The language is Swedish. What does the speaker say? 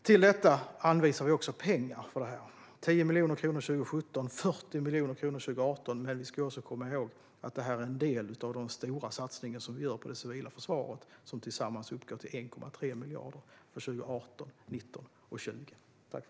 Vi anvisar också pengar till detta - 10 miljoner kronor för 2017 och 40 miljoner kronor för 2018. Men vi ska komma ihåg att detta är en del av den stora satsning vi gör på det civila försvaret, som totalt uppgår till 1,3 miljarder för 2018, 2019 och 2020.